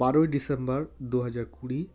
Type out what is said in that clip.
বারোই ডিসেম্বর দু হাজার কুড়ি